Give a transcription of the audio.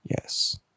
Yes